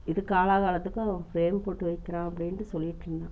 இது காலா காலத்துக்கும் அவன் ஃப்ரேம் போட்டு வைக்கிறான் அப்படின்ட்டு சொல்லிட்டிருந்தான்